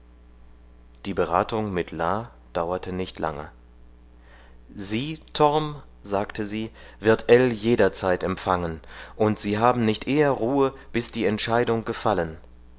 die beratung mit la dauerte nicht lange sie torm sagte sie wird ell jederzeit empfangen und sie haben nicht eher ruhe bis die entscheidung gefallen